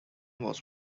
was